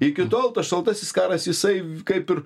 iki tol tas šaltasis karas jisai kaip ir